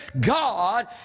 God